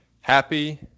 happy